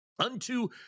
unto